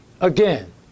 Again